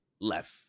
left